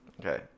Okay